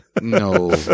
No